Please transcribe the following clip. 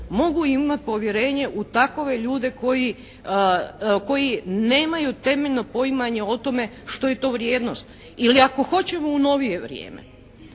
mogu imat povjerenje u takove ljude koji nemaju temeljno poimanje o tome što je to vrijednost? Ili ako hoćemo u novije vrijeme,